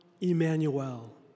Emmanuel